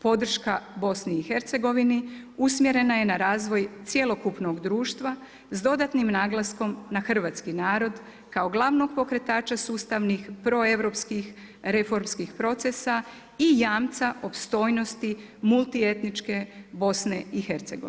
Podrška BIH usmjerena je na razvoj cjelokupnog društva s dodatnim naglaskom na hrvatski narod kao glavnog pokretača sustavnih proeuropskih reformskih procesa i jamca opstojnosti multietničke BIH.